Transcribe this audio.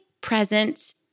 present